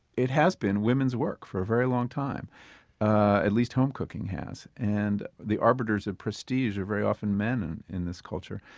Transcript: it has been, women's work for a very long time ah at least home cooking has and the arbiters of prestige are very often men and in this culture.